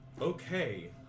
Okay